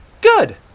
Good